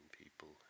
people